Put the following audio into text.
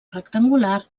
rectangular